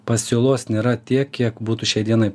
pasiūlos nėra tiek kiek būtų šiai dienai